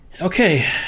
Okay